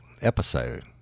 episode